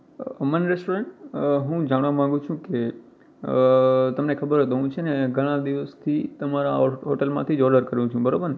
અમન restaurant હું જાણવા માગુ છું કે તમને ખબર હોય તો હું છે ને ઘણાં દિવસથી તમારા હોટૅલમાંથી જ ઑર્ડર કરું છું બરાબર ને